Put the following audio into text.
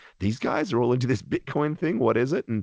these guys are all into this bitcoin thing? what is it? and